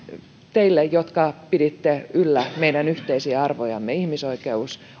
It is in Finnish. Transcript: teille jotka piditte yllä meidän yhteisiä arvojamme ihmisoikeudet